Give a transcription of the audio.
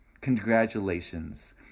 Congratulations